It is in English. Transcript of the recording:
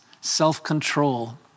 self-control